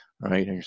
Right